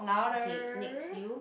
okay next you